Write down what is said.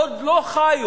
עוד לא נולדו,